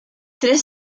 tres